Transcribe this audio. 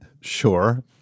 Sure